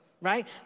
right